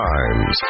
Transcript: Times